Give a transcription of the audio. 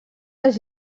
dels